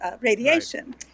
radiation